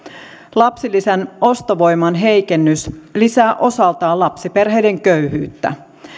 lapsilisän ostovoiman heikennys lisää osaltaan lapsiperheiden köyhyyttä